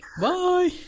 Bye